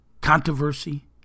controversy